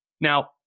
Now